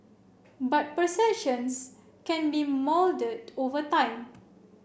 but perceptions can be moulded over time